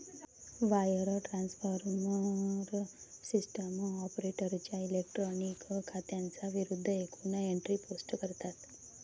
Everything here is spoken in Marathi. वायर ट्रान्सफर सिस्टीम ऑपरेटरच्या इलेक्ट्रॉनिक खात्यांच्या विरूद्ध एकूण एंट्री पोस्ट करतात